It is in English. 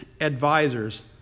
advisors